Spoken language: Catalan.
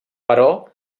però